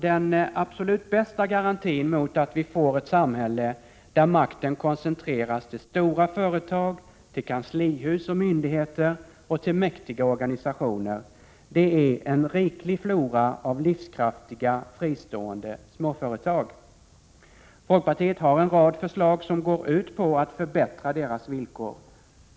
Den absolut bästa garantin mot att vi får ett samhälle där makten koncentreras till stora företag, till kanslihus och myndigheter och till mäktiga organisationer är en riklig flora av livskraftiga, fristående småföretag. Folkpartiet har en rad förslag som går ut på att förbättra deras villkor.